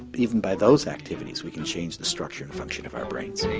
even by those activities, we can change the structure and function of our brains.